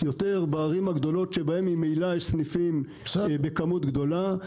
יותר בערים הגדולות בהן ממילא יש סניפים בכמות גדולה.